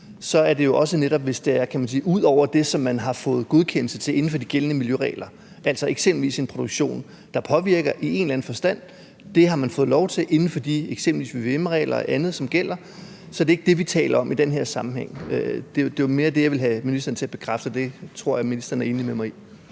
vedrører noget, kan man sige, ud over det, som man har fået godkendelse til inden for de gældende miljøregler, altså så eksempelvis en produktion, der i en eller anden forstand påvirker miljøet, men som man har fået lov til inden for de regler, eksempelvis vvm-regler, som gælder, ikke er det, vi taler om i den her sammenhæng. Det var mere det, jeg ville have ministeren til at bekræfte, og det tror jeg ministeren er enig med mig i.